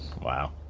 Wow